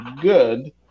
good